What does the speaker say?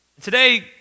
today